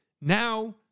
now